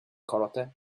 karate